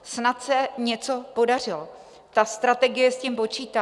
Snad se něco podařilo, ta strategie s tím počítá.